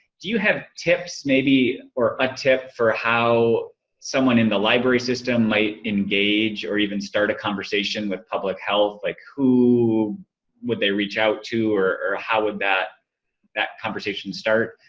do you have tips maybe, maybe, or a tip for how someone in the library system might engage or even start a conversation with public health? like who would they reach out to, or or how would that that conversation start?